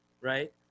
Right